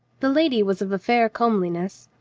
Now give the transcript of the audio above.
the lady was of a fair comeliness.